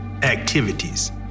activities